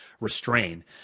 restrain